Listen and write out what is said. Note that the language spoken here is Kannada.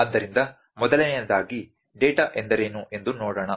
ಆದ್ದರಿಂದ ಮೊದಲನೆಯದಾಗಿ ಡೇಟಾ ಎಂದರೇನು ಎಂದು ನೋಡೋಣ